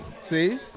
see